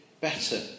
better